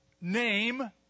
name